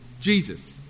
Jesus